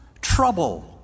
trouble